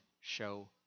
show